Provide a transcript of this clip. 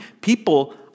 people